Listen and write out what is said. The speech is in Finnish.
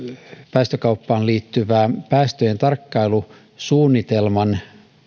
päästökauppaan liittyvän päästöjen tarkkailusuunnitelman